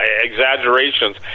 exaggerations